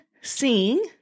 seeing